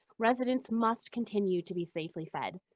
residents must continue to be safely fed,